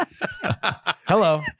Hello